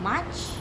march